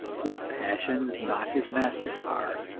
whose passions not his masters are,